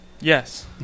Yes